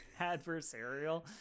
adversarial